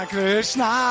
Krishna